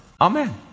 Amen